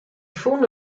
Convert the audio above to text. fûnen